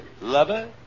Lover